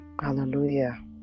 Hallelujah